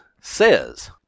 says